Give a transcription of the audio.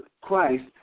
Christ